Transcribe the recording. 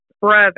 brother